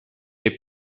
les